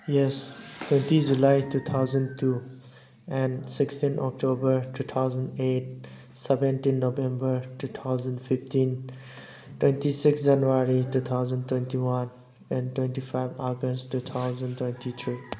yes twenty July two thousand two and sixteen October two thousand eight seventeen November two thousand fifteen twenty six January two thousand twenty one and twenty five August two thousand twenty three